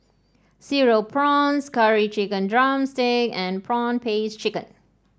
Cereal Prawns Curry Chicken drumstick and prawn paste chicken